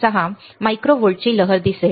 6 micro व्होल्टची लहर दिसेल